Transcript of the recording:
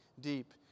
deep